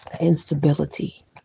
Instability